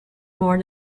more